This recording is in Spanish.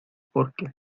porque